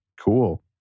Cool